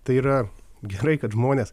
tai yra gerai kad žmonės